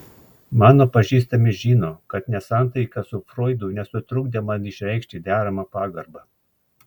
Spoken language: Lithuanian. mano pažįstami žino kad nesantaika su froidu nesutrukdė man išreikšti deramą pagarbą